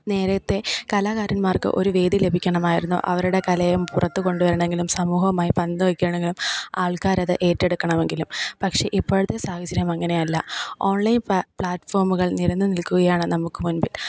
നേരത്തെ കലാകാരന്മാർക്ക് ഒരു വേദി ലഭിക്കണമായിരുന്നു അവരുടെ കല പുറത്തു കൊണ്ടു വരണമെങ്കിലും സമൂഹവുമായി പങ്കു വെക്കണമെങ്കിലും ആൾക്കാരത് ഏറ്റെടുക്കണമെങ്കിലും പക്ഷെ ഇപ്പോഴത്തെ സാഹചര്യം അങ്ങനെയല്ല ഓൺലൈൻ പ്ലാറ്റ്ഫോമുകൾ നിരന്നു നിൽക്കുകയാണ് നമുക്ക് മുൻപിൽ